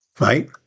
right